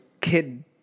kid